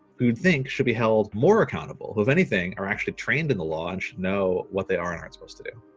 who you'd think should be held more accountable, who if anything, are actually trained in the law and should know what they aren't aren't supposed to do.